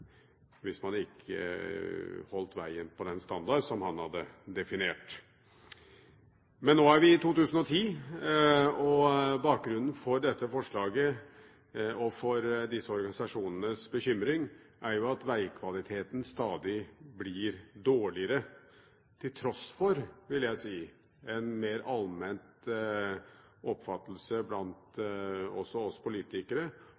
hvis man ikke holdt vegen på den standard som han hadde definert. Men nå er vi i 2010. Bakgrunnen for dette forslaget og for disse organisasjonenes bekymring er at vegkvaliteten stadig blir dårligere, til tross for, vil jeg si, en mer allmenn oppfatning, også blant oss politikere,